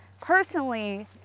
personally